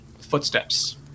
footsteps